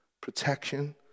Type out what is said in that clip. protection